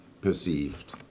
perceived